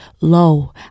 low